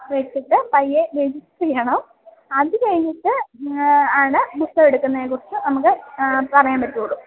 വെച്ചിട്ട് പതുക്കെ രജിസ്റ്റര് ചെയ്യണം അതുകഴിഞ്ഞിട്ട് ആണ് ബുക്കെടുക്കുന്നതിനെക്കുറിച്ച് നമുക്ക് പറയാൻ പറ്റുകയുള്ളൂ